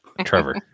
Trevor